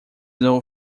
novo